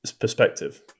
perspective